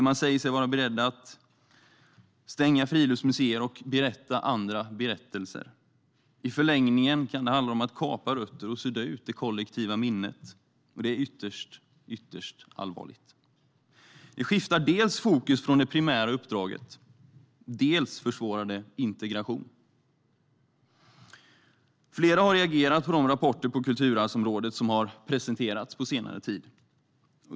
Man säger sig vara beredd att stänga friluftsmuseer och berätta andra berättelser. I förlängningen kan det handla om att kapa rötter och att sudda ut det kollektiva minnet. Det är ytterst allvarligt. Dels skiftar det fokus från det primära uppdraget, dels försvårar det integration. Flera har reagerat på de rapporter på kulturarvsområdet som presenterats senare tid.